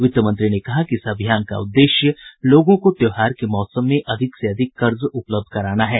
वित्त मंत्री ने कहा कि इस अभियान का उद्देश्य लोगों को त्योहार के मौसम में अधिक से अधिक कर्ज उपलब्ध कराना है